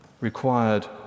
required